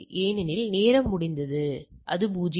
ஏனெனில் நேரம் முடிந்தது 0